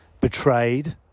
betrayed